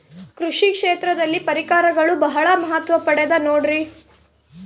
ಕೃಷಿ ಕ್ಷೇತ್ರದಲ್ಲಿ ಪರಿಕರಗಳು ಬಹಳ ಮಹತ್ವ ಪಡೆದ ನೋಡ್ರಿ?